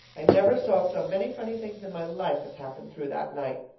i never saw so many funny things in my life as happened through that night.